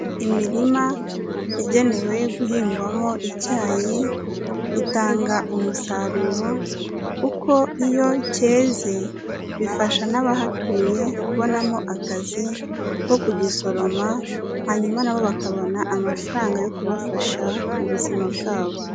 Imirima yagenewe guhingwamo icyayi, itanga umusaruro kuko iyo cyeze bifasha n'abahatuye kubonamo akazi ko kugisoroma, hanyuma nabo bakabona amafaranga yo kubafasha mu buzima bwabo.